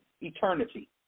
eternity